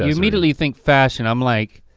immediately think fashion, i'm like,